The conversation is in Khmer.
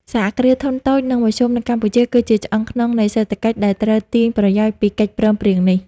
សហគ្រាសធុនតូច និងមធ្យមនៅកម្ពុជា គឺជាឆ្អឹងខ្នងនៃសេដ្ឋកិច្ចដែលត្រូវទាញប្រយោជន៍ពីកិច្ចព្រមព្រៀងនេះ។